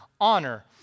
honor